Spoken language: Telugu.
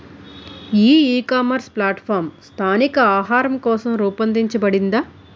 ఈ ఇకామర్స్ ప్లాట్ఫారమ్ స్థానిక ఆహారం కోసం రూపొందించబడిందా?